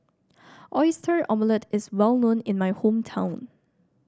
Oyster Omelette is well known in my hometown